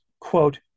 quote